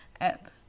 app